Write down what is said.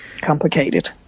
complicated